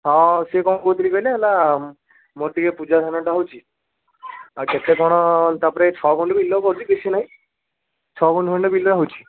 ହଁ ସେ କ'ଣ କହୁଥିଲି କହିଲେ ହେଲା ମୋର ଟିକେ ପୂଜା ଧାନଟା ହେଉଛି ଆଉ କେତେ କ'ଣ ତା'ପରେ ଛଅ ଗୁଣ୍ଠ ବିଲ କରିଛି ବେଶି ନାହିଁ ଛଅ ଗୁଣ୍ଠ ଖଣ୍ଡେ ବିଲ ହେଉଛି